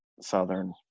Southern